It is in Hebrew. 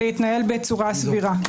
להתנהל בצורה סבירה.